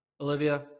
Olivia